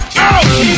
out